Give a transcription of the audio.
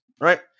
right